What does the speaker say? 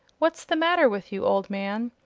what's the matter with you, old man?